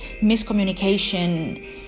miscommunication